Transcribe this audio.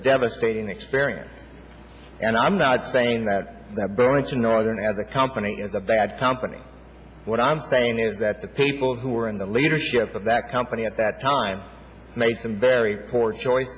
devastating experience and i'm not saying that that burlington northern as a company is a bad company what i'm saying is that the people who were in the leadership of that company at that time made some very poor choice